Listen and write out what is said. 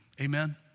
Amen